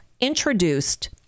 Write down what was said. introduced